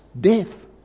death